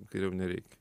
geriau nereikia